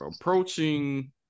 approaching –